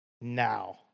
now